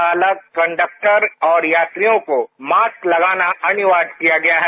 चालक कंडक्टर और यात्रियों को मास्क लगाना अनिवार्य किया गया है